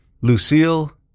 Lucille